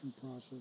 process